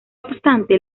obstante